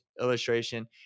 illustration